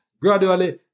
gradually